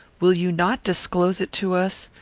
will you not disclose it to us?